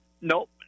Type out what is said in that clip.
Nope